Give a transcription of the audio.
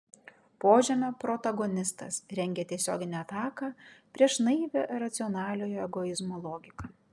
požemio protagonistas rengia tiesioginę ataką prieš naivią racionaliojo egoizmo logiką